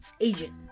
agent